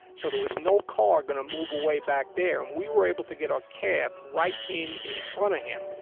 so there was no car going to move away back there. and we were able to get a cab right in in front of him.